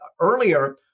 earlier